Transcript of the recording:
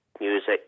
Music